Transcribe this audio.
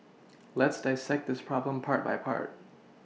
let's dissect this problem part by part